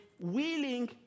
willing